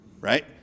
right